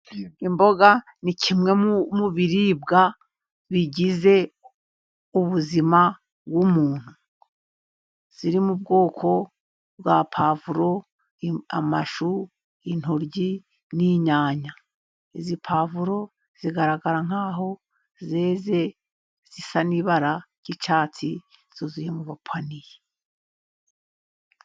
Imboga ni kimwe mu biribwa bigize ubuzima bw'umuntu, ziri mu bwoko bwa pavuro, amashu ,intoryi, n'inyanya izi pavuro zigaragara nkaho zeze zisa n'ibara ry'icyatsi zuzuye mu gapaniye.